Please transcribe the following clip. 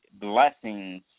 blessings